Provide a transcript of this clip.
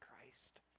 Christ